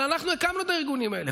אבל אנחנו הקמנו את הארגונים האלה.